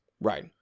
Right